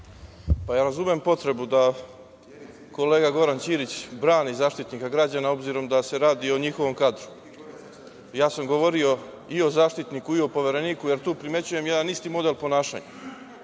Razumem potrebu da kolega Goran Ćirić brani Zaštitnika građana, obzirom da se radi o njihovom kadru. Ja sam govorio i o Zaštitniku i o Povereniku, jer tu primećujem jedan isti model ponašanja. Ono